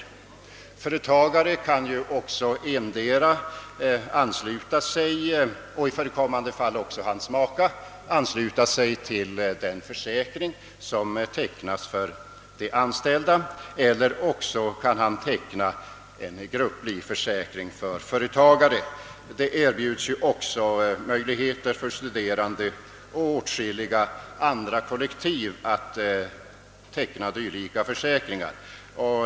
En företagare — och i förekommande fall även hans maka — kan ju antingen ansluta sig till den försäkring som tecknas för de anställda eller också teckna en grupplivförsäkring för företagare. Det erbjuds också möjligheter för studerande och åtskilliga andra kollektiv att teckna dylika försäkringar.